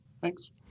Thanks